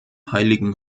heiligen